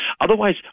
Otherwise